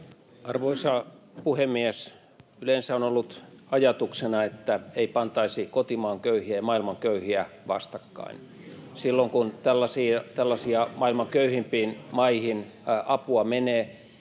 Arvoisa puhemies! Yleensä on ollut ajatuksena, että ei pantaisi kotimaan köyhiä ja maailman köyhiä vastakkain. [Vasemmalta: Kyllä!] Silloin kun tällaisiin maailman köyhimpiin maihin apua menee,